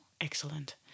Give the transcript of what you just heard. excellent